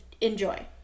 enjoy